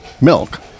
milk